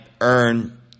earn